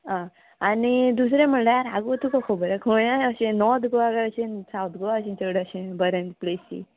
आं आनी दुसरें म्हणल्यार आगो तुका खबर हा गोंयान अशें नॉर्थ गोवा काय अशें सावथ गोवा चड अशें बरें प्लेसीस